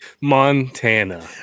Montana